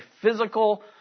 physical